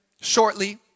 shortly